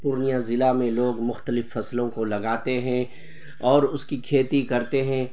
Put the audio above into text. پورنیہ ضلع میں لوگ مخلتف فصلوں کو لگاتے ہیں اور اس کی کھیتی کرتے ہیں